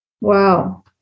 Wow